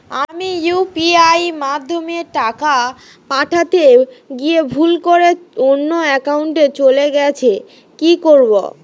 আমি ইউ.পি.আই মাধ্যমে টাকা পাঠাতে গিয়ে ভুল করে অন্য একাউন্টে চলে গেছে কি করব?